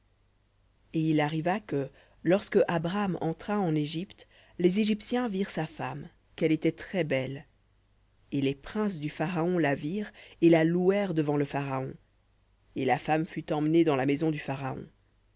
et il arriva que lorsque abram entra en égypte les égyptiens virent sa femme qu'elle était très-belle et les princes du pharaon la virent et la louèrent devant le pharaon et la femme fut emmenée dans la maison du pharaon